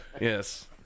Yes